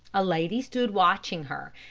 a lady stood watching her,